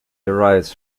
derives